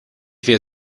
wie